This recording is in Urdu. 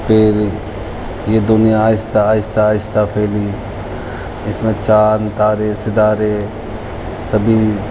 پھر یہ دنیا آہستہ آہستہ آہستہ پھیلی اس میں چاند تارے ستارے سبھی